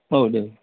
औ दे